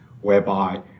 whereby